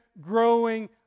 growing